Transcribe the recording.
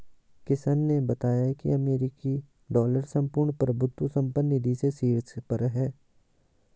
किशन ने बताया की अमेरिकी डॉलर संपूर्ण प्रभुत्व संपन्न निधि में शीर्ष पर है